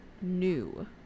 new